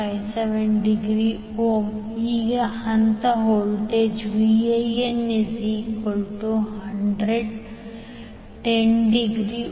57° ಈಗ ಹಂತ voltage Van100∠10°V